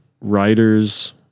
writers